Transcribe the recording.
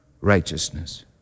righteousness